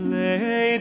lay